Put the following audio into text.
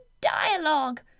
dialogue